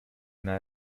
una